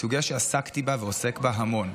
היא סוגיה שעסקתי בה ואני עוסק בה המון.